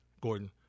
Gordon